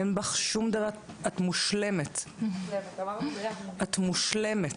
אין בך שום דבר, את מושלמת.